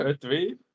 three